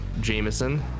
Jameson